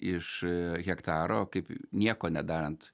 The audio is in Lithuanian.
iš hektaro kaip nieko nedarant